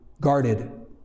guarded